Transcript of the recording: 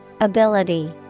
Ability